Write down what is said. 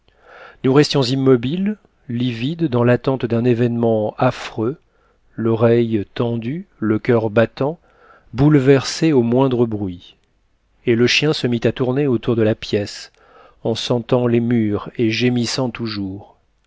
nous restions immobiles livides dans l'attente d'un événement affreux l'oreille tendue le coeur battant bouleversés au moindre bruit et le chien se mit à tourner autour de la pièce en sentant les murs et gémissant toujours